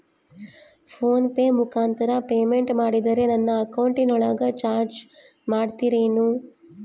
Phone pay ಮುಖಾಂತರ payment ಮಾಡಿದರೆ ನನ್ನ ಅಕೌಂಟಿನೊಳಗ ಚಾರ್ಜ್ ಮಾಡ್ತಿರೇನು?